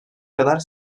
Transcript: kadar